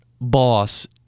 boss